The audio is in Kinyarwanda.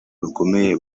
bakomeye